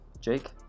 Jake